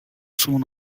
soon